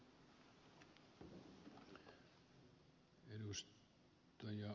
arvoisa puhemies